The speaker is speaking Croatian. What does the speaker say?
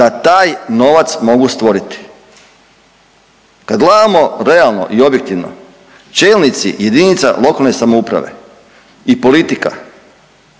da taj novac mogu stvoriti. Kad gledamo realno i objektivno čelnici jedinica lokalne samouprave i politika